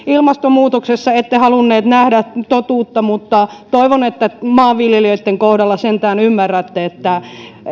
ilmastonmuutoksessa ette halunneet nähdä totuutta mutta toivon että maanviljelijöitten kohdalla sentään ymmärrätte että